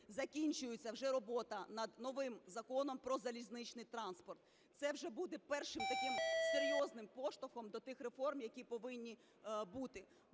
закінчується вже робота над новим Законом про залізничний транспорт. Це вже буде першим таким серйозним поштовхом до тих реформ, які повинні бути.